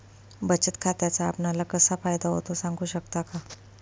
बचत खात्याचा आपणाला कसा फायदा होतो? सांगू शकता का?